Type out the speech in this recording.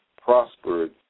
prospered